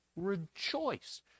rejoice